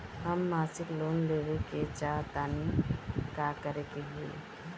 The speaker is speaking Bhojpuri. हम मासिक लोन लेवे के चाह तानि का करे के होई?